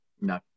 No